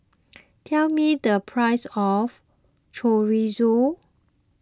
tell me the price of Chorizo